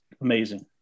amazing